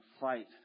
fight